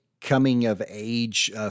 coming-of-age